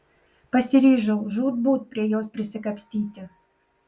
pasiryžau žūtbūt prie jos prisikapstyti